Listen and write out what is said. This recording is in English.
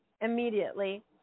immediately